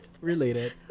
related